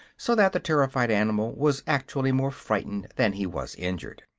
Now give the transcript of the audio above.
so that the terrified animal was actually more frightened than he was injured.